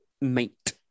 Mate